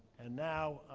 and now,